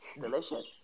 Delicious